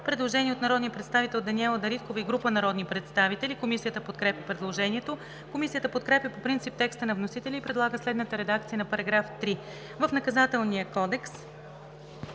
Предложение от народния представител Даниела Дариткова и група народни представители. Комисията подкрепя предложението. Комисията подкрепя по принцип текста на вносителя и предлага следната редакция на § 3: „§ 3. В Наказателния кодекс